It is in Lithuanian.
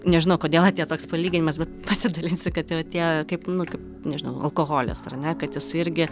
nežinau kodėl atėjo toks palyginimas bet pasidalinsiu kad jau atėjo kaip nu kaip nežinau alkoholis ar ne kad jis irgi